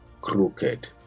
crooked